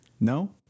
No